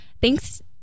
thanks